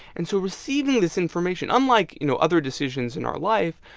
and so receiving this information, unlike, you know, other decisions in our life,